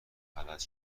فلج